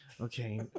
Okay